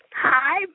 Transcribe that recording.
Hi